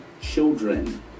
children